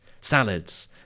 salads